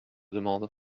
demande